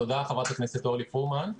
תודה, חברת הכנסת אורלי פרומן.